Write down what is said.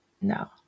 no